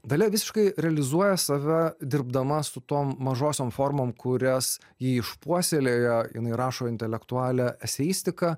dalia visiškai realizuoja save dirbdama su tom mažosiom formom kurias ji išpuoselėjo jinai rašo intelektualią eseistiką